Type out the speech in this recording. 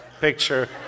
picture